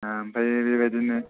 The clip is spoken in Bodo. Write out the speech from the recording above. ओमफ्राय बेबादिनो